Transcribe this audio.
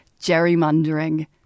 gerrymandering